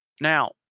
Now